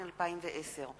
התש"ע 2010,